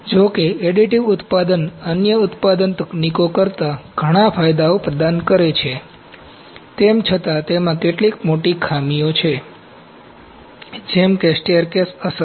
જો કે એડિટિવ ઉત્પાદન અન્ય ઉત્પાદન તકનીકો કરતાં ઘણા ફાયદાઓ પ્રદાન કરે છે તેમ છતાં તેમાં કેટલીક મોટી ખામીઓ છે જેમ કે સ્ટેરકેસ અસર